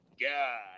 god